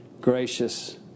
gracious